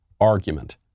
argument